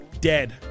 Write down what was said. dead